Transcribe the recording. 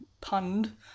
pund